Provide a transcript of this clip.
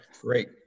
Great